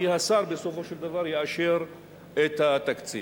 כי השר בסופו של דבר יאשר את התקציב.